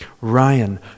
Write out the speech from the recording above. Ryan